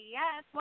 yes